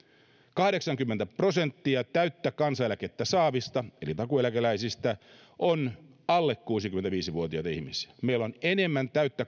kahdeksankymmentä prosenttia täyttä kansaneläkettä saavista eli takuueläkeläisistä on alle kuusikymmentäviisi vuotiaita ihmisiä meillä on enemmän täyttä